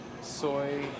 soy